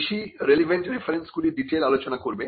বেশি রেলেভান্ট রেফারেন্সগুলির ডিটেল আলোচনা করবে